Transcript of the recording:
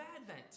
Advent